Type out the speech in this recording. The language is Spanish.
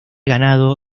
ganado